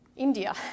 India